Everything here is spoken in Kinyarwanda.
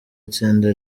itsinda